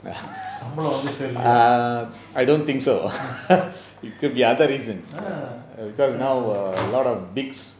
சம்பளம் வந்து சேரலயா:sambalam vanthu seralaya ah